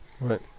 Right